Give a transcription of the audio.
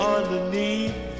Underneath